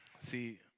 See